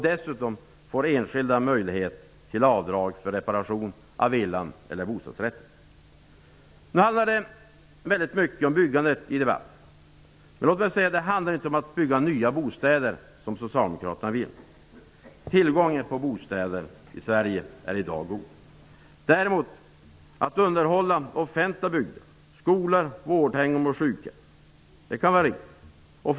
Dessutom får enskilda möjlighet att göra avdrag för reparation av villan eller bostadsrätten. Nu handlar det väldigt mycket om byggande i debatten, men låt mig säga att det inte handlar om att bygga nya bostäder, som socialdemokraterna vill. Tillgången på bostäder i Sverige är i dag god. Däremot handlar det om att underhålla offentliga byggnader, t.ex. skolor, vårdhem och daghem.